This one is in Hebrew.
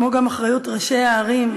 כמו גם אחריות ראשי הערים,